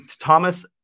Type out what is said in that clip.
Thomas